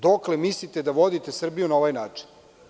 Dokle mislite da vodite Srbiju na ovaj način?